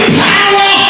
power